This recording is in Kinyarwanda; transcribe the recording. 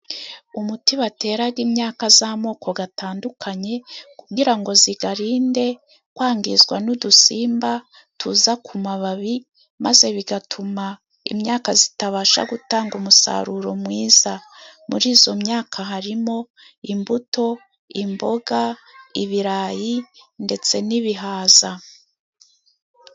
Umuti bateraga imyaka y'amoko atandukanye kugira ngo uzirinde kwangizwa n'udusimba tuza ku mababi, maze bigatuma imyaka itabasha gutanga umusaruro mwiza. Muri iyo myaka harimo imbuto, imboga, ibirayi ndetse n'ibihaza.